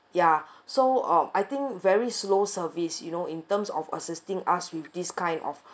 ya so uh I think very slow service you know in terms of assisting us with this kind of